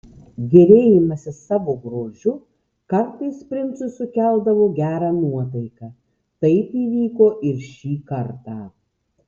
gėrėjimasis savo grožiu kartais princui sukeldavo gerą nuotaiką taip įvyko ir šį kartą